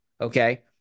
Okay